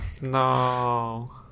No